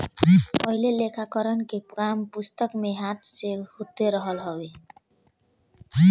पहिले लेखाकरण के काम पुस्तिका में हाथ से होत रहल हवे